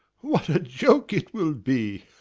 what a joke it will be!